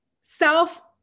self